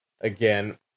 again